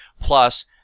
plus